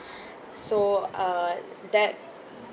so uh that